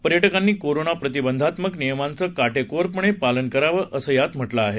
पर्यटकांनी कोरोना प्रतिबंधात्मक नियमांचं काटेकोरपणे पालन करावं असं यात म्हटलं आहे